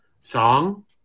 song